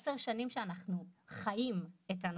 10 שנים שאנחנו חיים את הנושא.